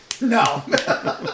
No